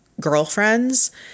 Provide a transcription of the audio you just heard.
Girlfriends